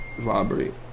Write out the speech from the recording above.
vibrate